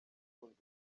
kurusha